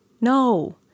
No